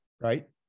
right